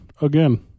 again